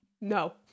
No